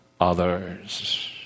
others